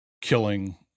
killing